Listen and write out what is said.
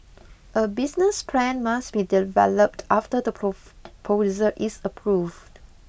a business plan must be developed after the prof is approved